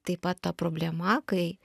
taip pat ta problema kai